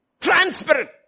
Transparent